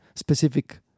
specific